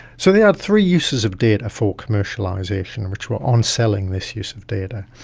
so they had three uses of data for commercialisation, which were on-selling this use of data.